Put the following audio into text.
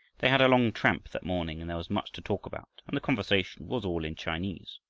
they had a long tramp that morning and there was much to talk about and the conversation was all in chinese,